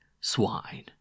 swine